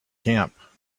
camp